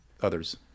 others